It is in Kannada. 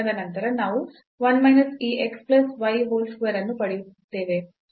ನಾವು 1 ಮೈನಸ್ ಈ x plus y whole square ಅನ್ನು ಪಡೆಯುತ್ತೇವೆ